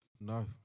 No